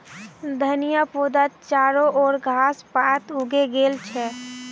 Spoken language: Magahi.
धनिया पौधात चारो ओर घास पात उगे गेल छ